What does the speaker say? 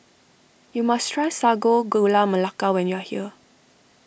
you must try Sago Gula Melaka when you are here